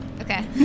Okay